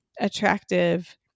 attractive